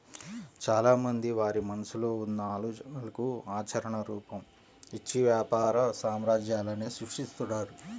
చాలామంది వారి మనసులో ఉన్న ఆలోచనలకు ఆచరణ రూపం, ఇచ్చి వ్యాపార సామ్రాజ్యాలనే సృష్టిస్తున్నారు